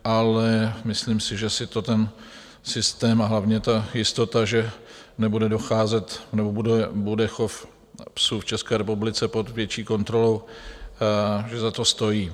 Ale myslím si, že si ten systém a hlavně ta jistota, že nebude docházet... nebo bude chov psů v České republice pod větší kontrolou, za to stojí.